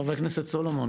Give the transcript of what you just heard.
חבר כנסת סולומון,